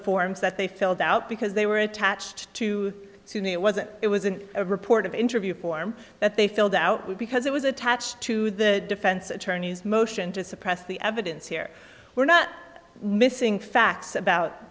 forms that they filled out because they were attached to to me it wasn't it was in a report of interview form that they filled out with because it was attached to the defense attorney's motion to suppress the evidence here were not missing facts about